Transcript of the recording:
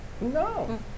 No